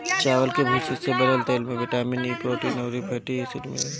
चावल के भूसी से बनल तेल में बिटामिन इ, प्रोटीन अउरी फैटी एसिड मिलेला